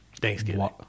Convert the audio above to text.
Thanksgiving